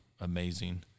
amazing